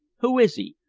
who is he?